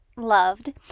loved